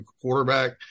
quarterback